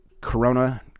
corona